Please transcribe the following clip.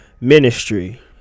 Ministry